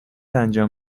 انجام